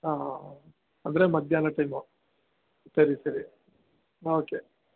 ಹಾಂ ಅಂದರೆ ಮಧ್ಯಾಹ್ನ ಟೈಮು ಸರಿ ಸರಿ ಓಕೆ